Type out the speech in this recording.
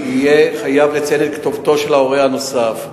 יהיה חייב לציין את כתובתו של ההורה הנוסף.